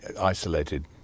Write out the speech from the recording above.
isolated